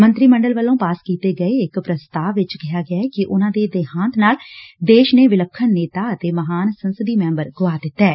ਮੰਤਰੀ ਮੰਡਲ ਵੱਲੋਂ ਪਾਸ ਕੀਤੇ ਗਏ ਇਕ ਪ੍ਰਸਤਾਵ ਵਿਚ ਕਿਹਾ ਗਿਐ ਕਿ ਉਨਾਂ ਦੇ ਦੇਹਾਂਤ ਨਾਲ ਦੇਸ਼ ਨੇ ਵਿਲੱਖਣ ਨੇਤਾ ਅਤੇ ਮਹਾਨ ਸੰਸਦੀ ਮੈਬਰ ਗੁਆ ਦਿੱਡੈ